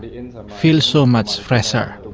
feel so much fresher.